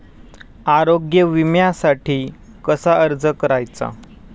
आरोग्य विम्यासाठी कसा अर्ज करायचा?